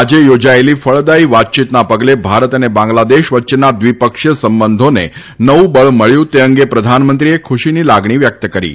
આજે યોજાયેલી ફળદાથી વાતચીતના પગલે ભારત અને બાંગ્લાદેશ વચ્ચેના દ્વિપક્ષીય સંબંધોને નવું બળ મળ્યું તે અંગે પ્રધાનમંત્રીએ ખૂશીની લાગણી વ્યક્ત કરી છે